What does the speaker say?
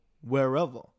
wherever